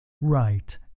Right